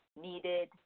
needed